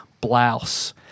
blouse